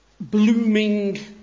blooming